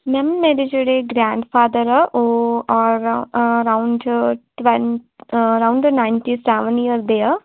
ma'am ਮੇਰੇ ਜਿਹੜੇ grandfather ਆ ਉਹ ਔਰ around twenty around ninety seven year ਦੇ ਆ